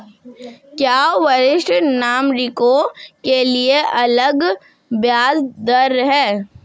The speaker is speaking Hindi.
क्या वरिष्ठ नागरिकों के लिए अलग ब्याज दर है?